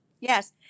yes